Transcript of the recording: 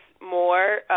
more